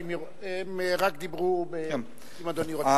הם רק דיברו, אם אדוני רוצה.